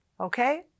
Okay